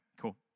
cool